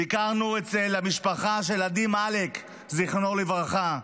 ביקרנו אצל המשפחה של עדי מאלכ, זיכרונו לברכה,